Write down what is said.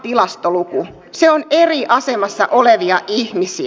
se on eri asemassa olevia ihmisiä